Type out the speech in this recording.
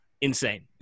insane